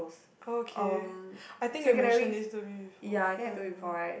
oh okay I think you mentioned this to me before I remember